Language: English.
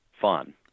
fun